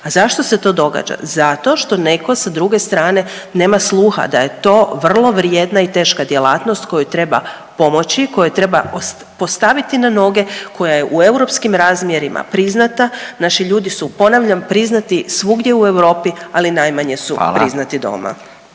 A zašto se to događa? Zato što neko sa druge strane nema sluha da je to vrlo vrijedna i teška djelatnost kojoj treba pomoći, koju treba postaviti na noge koja je u europskim razmjerima priznata. Naši ljudi su ponavljam priznati svugdje u Europi ali najmanje …/Upadica